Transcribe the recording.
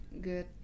good